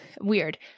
Weird